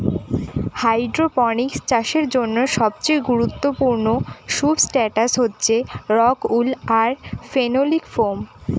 hydroponics চাষের জন্য সবচেয়ে গুরুত্বপূর্ণ সুবস্ট্রাটাস হচ্ছে রক উল আর ফেনোলিক ফোম